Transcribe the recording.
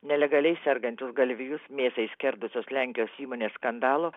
nelegaliai sergančius galvijus mėsai skerdusios lenkijos įmonės skandalo